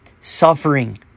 suffering